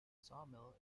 sawmill